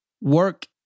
work